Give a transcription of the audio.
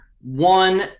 one